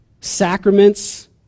sacraments